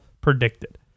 predicted